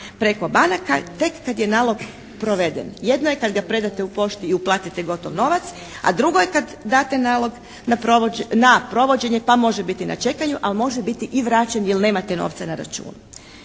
preko banaka tek kad je nalog proveden. Jedno je kada ga predate u pošti i uplatite gotov novac, a drugo je kad date nalog na provođenje pa može biti na čekanju a može biti i vraćen jer nemate novca na računu.